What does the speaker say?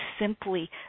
simply